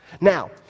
Now